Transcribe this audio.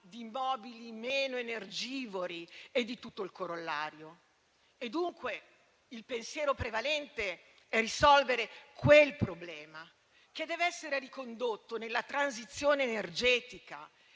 di immobili meno energivori e di tutto il corollario. Pertanto, il pensiero prevalente è quello di risolvere quel problema, che deve essere ricondotto nella transizione energetica